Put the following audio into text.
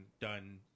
done